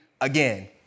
again